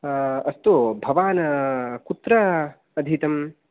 अस्तु भवान् कुत्र अधीतं